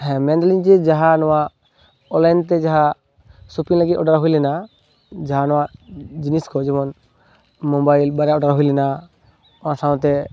ᱦᱮᱸ ᱢᱮᱱᱫᱟᱞᱤᱝ ᱡᱮ ᱡᱟᱦᱟᱸ ᱱᱚᱣᱟ ᱚᱱᱞᱟᱭᱤᱱ ᱛᱮ ᱡᱟᱦᱟᱸ ᱥᱚᱯᱤᱝ ᱞᱟᱹᱜᱤᱫ ᱚᱰᱟᱨ ᱦᱩᱭ ᱞᱮᱱᱟ ᱡᱟᱦᱟᱸ ᱱᱚᱣᱟ ᱡᱤᱱᱤᱥ ᱠᱚ ᱡᱮᱢᱚᱱ ᱢᱳᱵᱟᱭᱤᱞ ᱵᱟᱨᱭᱟ ᱚᱰᱟᱨ ᱦᱩᱭ ᱞᱮᱱᱟ ᱚᱱᱟ ᱥᱟᱶᱛᱮ